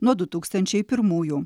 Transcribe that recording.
nuo du tūkstančiai pirmųjų